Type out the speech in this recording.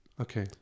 Okay